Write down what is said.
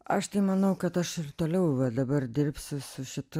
aš tai manau kad aš ir toliau va dabar dirbsiu su šitu